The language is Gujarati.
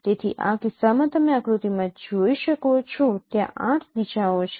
તેથી આ કિસ્સામાં તમે આકૃતિમાંથી જ જોઈ શકો છો ત્યાં 8 દિશાઓ છે